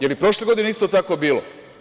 Jel i prošle godine isto tako bilo?